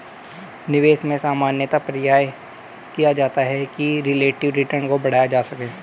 निवेश में सामान्यतया प्रयास किया जाता है कि रिलेटिव रिटर्न को बढ़ाया जा सके